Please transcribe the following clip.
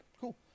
cool